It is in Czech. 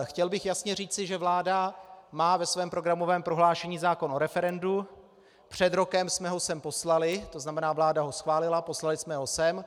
Chtěl bych jasně říci, že vláda má ve svém programovém prohlášení zákon o referendu, před rokem jsme ho sem poslali, to znamená, vláda ho schválila, poslali jsme ho sem.